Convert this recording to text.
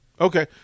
Okay